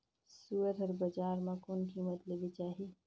सुअर हर बजार मां कोन कीमत ले बेचाही?